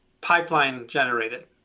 Pipeline-generated